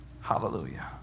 Hallelujah